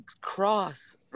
cross